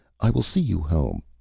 i will see you home.